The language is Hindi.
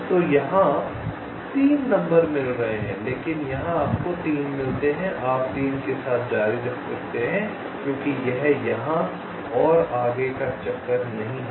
तो यहाँ 3 नंबर मिल रहे हैं लेकिन यहाँ आपको 3 मिलते हैं आप 3 के साथ जारी रख सकते हैं क्योंकि यह यहाँ और आगे का चक्कर नहीं है